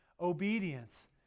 obedience